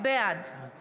בעד